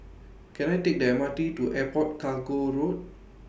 Can I Take The M R T to Airport Cargo Road